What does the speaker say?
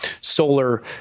solar